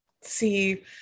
see